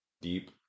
deep